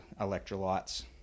electrolytes